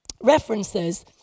references